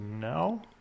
No